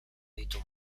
ditu